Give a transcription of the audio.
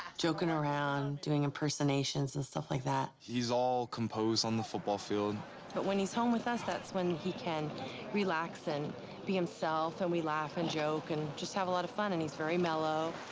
joking around, doing impersonations and stuff like that. he's all composed on the football field. but when he's home with us, that's when he can relax and be himself, and we laugh and joke and just have a lot of fun, and he's very mellow.